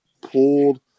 pulled